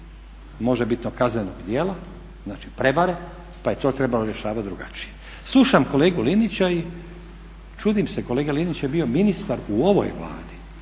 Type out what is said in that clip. možebitnog kaznenog djela, znači prevare, pa je to trebalo rješavati drugačije. Slušam kolegu Linića i čudim se, kolega Linić je bio ministar u ovoj Vladi